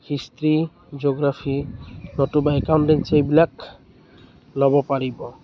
history geography নতুবা accountancy এইবিলাক ল'ব পাৰিব